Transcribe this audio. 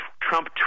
Trump